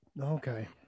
okay